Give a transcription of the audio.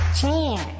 chair